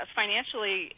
financially